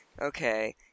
Okay